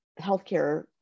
healthcare